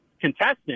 contestant